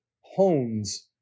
hones